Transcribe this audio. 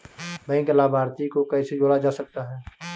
Bank लाभार्थी को कैसे जोड़ा जा सकता है?